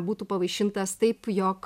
būtų pavaišintas taip jog